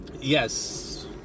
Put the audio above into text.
Yes